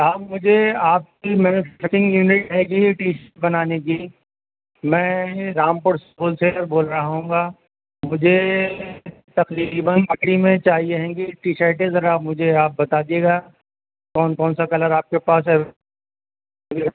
ہاں مجھے آپ کی مینوفیکچرنگ یونٹ ہے گی ٹی شرٹ بنانے کی میں رامپور ہول سیلر بول رہا ہوں گا مجھے تقریباً بکڑی میں چاہیےیں گی ٹی شرٹیں ذرا مجھے آپ بتاجیے گا کون کون سا کلر آپ کے پاس